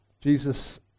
Jesus